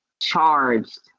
charged